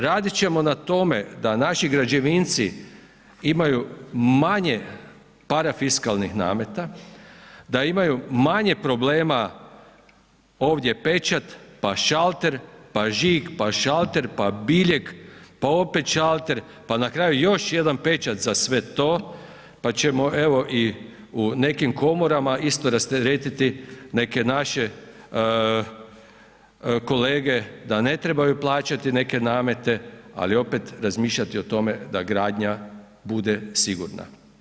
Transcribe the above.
Radit ćemo na tome da naši građevinci imaju manje parafiskalnih nameta, da imaju manje problema, ovdje pečat, pa šalter, pa žig, pa šalter, pa biljeg, pa opet šalter, pa na kraju još jedan pečat za sve to, pa ćemo evo i u nekim komorama isto rasteretiti neke naše kolege da ne trebaju plaćati neke namete, ali opet, razmišljati o tome da gradnja bude sigurna.